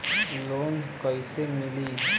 Loan कइसे मिलि?